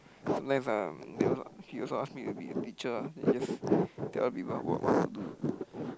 next time they also he also ask me be a teacher ah and just tell other people what what to do